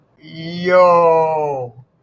yo